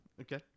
okay